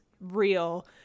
real